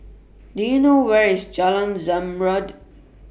Do YOU know Where IS Jalan Zamrud